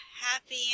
happy